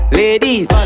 ladies